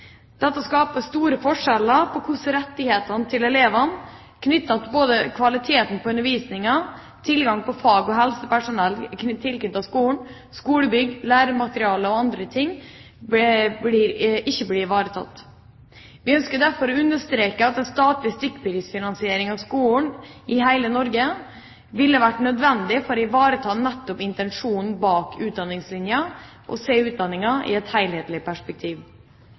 kommuneøkonomi. Dette skaper store forskjeller i hvordan rettighetene til elevene – knyttet til både kvaliteten på undervisninga, tilgang til fag- og helsepersonell tilknyttet skolen, skolebygg, læremateriell og andre ting – blir ivaretatt. Vi ønsker derfor å understreke at en statlig stykkprisfinansiering av skolen i hele Norge ville vært nødvendig for å ivareta nettopp intensjonen bak utdanningslinja og å se utdanninga i et helhetlig perspektiv.